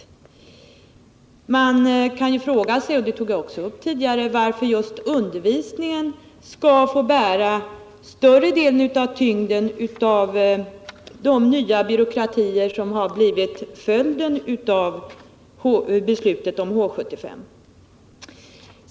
Och man kan ju fråga sig — det tog jag upp tidigare också — varför just undervisningen skall få bära större delen av ” tyngden av de nya byråkratier som blivit följden av beslutet om H 75.